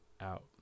out